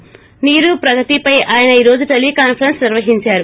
నీరు ప్రగతిపై ఆయన ఈ రోజు టెలీకాన్సరెస్ప్ నిర్వహిందారు